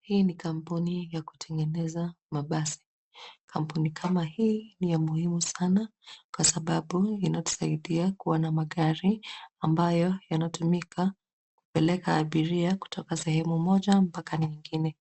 Hii ni kampuni ya kutengeneza mabasi. Kampuni kama hii ni ya muhimu sana kwa sababu linatusaidia kuwa na magari ambayo yanatumika kupeleka abiria kutoka sehemu moja mpaka nyingine.